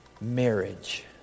marriage